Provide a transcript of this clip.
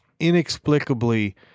inexplicably